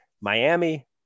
Miami